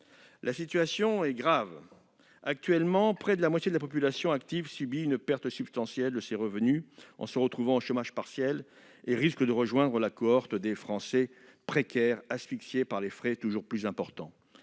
La situation est grave. Actuellement, près de la moitié de la population active subit une perte substantielle de ses revenus en se retrouvant au chômage partiel, et risque de rejoindre la cohorte des Français précaires asphyxiés par des frais toujours plus importants.